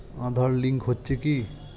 Aadhaar link হচ্ছে কি?